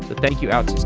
thank you, outsystems.